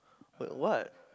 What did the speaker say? uh what